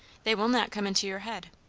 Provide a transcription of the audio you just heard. they will not come into your head.